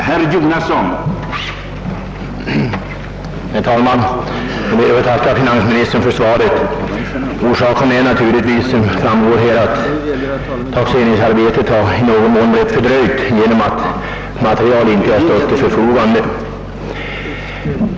Herr talman! Jag ber att få tacka finansministern för svaret. Anledningen till att jag framställt min fråga är att taxeringsarbetet — såsom också framgår av svaret — i någon mån blivit fördröjt genom att material inte stått till förfogande.